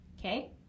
Okay